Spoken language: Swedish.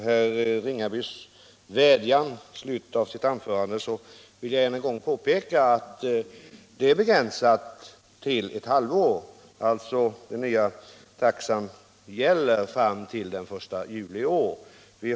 Herr talman! Efter herr Ringabys avslutande vädjan vill jag än en gång påpeka att den nya taxans giltighet är begränsad till ett halvår, nämligen fram till den I juli nästa år.